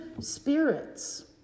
spirits